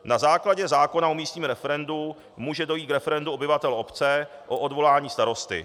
Na základě zákona o místním referendu může dojít k referendu obyvatel obce o odvolání starosty.